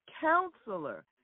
Counselor